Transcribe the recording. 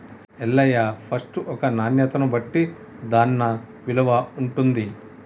Ellaiah first ఒక నాణ్యతను బట్టి దాన్న విలువ ఉంటుంది